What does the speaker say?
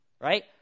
right